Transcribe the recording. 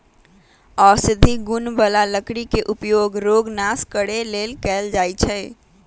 औषधि गुण बला लकड़ी के उपयोग रोग नाश करे लेल कएल जाइ छइ